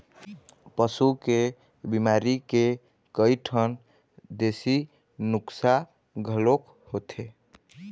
पशु के बिमारी के कइठन देशी नुक्सा घलोक होथे